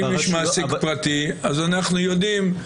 אם יש מעסיק פרטי אז אנחנו יודעים,